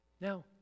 Now